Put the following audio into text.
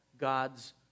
God's